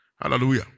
Hallelujah